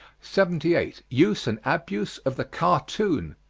seventy eight. use and abuse of the cartoon.